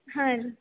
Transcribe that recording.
ಹಾಂ ರೀ